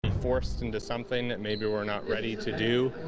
forced into something maybe we're not ready to do